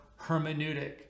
hermeneutic